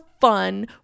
fun